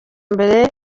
mbere